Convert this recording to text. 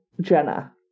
jenna